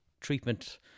treatment